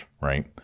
right